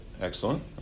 Excellent